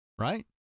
right